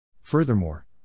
Furthermore